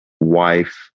wife